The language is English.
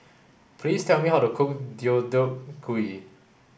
please tell me how to cook Deodeok Gui